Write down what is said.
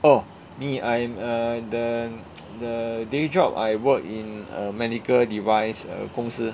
oh me I am a the the day job I work in a medical device uh 公司